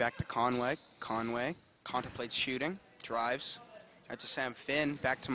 back to conway conway contemplates shooting drives at the sam finn back to